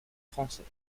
français